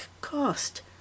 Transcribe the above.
cost